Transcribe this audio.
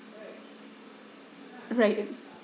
right